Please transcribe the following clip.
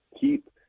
Keep